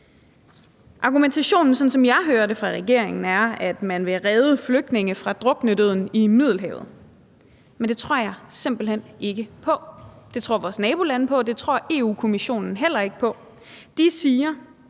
Argumentationen, som jeg hører det fra regeringen, er, at man vil redde flygtninge fra druknedøden i Middelhavet, men det tror jeg simpelt hen ikke på. Det tror vores nabolande ikke på, og det tror Europa-Kommissionen heller ikke på. De siger,